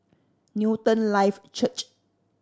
Newton Life Church